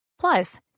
Plus